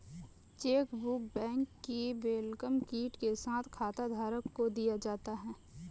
chequebook bank की welcome kit के साथ खाताधारक को दिया जाता है